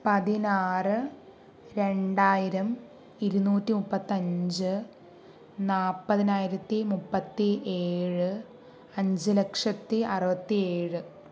പതിനാറ് രണ്ടായിരം ഇരുനൂറ്റി മുപ്പത്തഞ്ച് നാല്പതിനായിരത്തി മുപ്പത്തിയേഴ് അഞ്ച് ലക്ഷത്തി അറുപത്തേഴ്